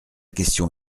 question